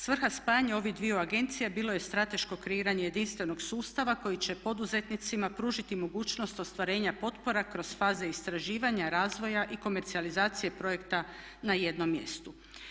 Svrha spajanja ovih dviju agencija bilo je strateško kreiranje jedinstvenog sustava koji će poduzetnicima pružiti mogućnost ostvarenja potpora kroz faze istraživanja, razvoja i komercijalizacije projekta na jednom mjestu.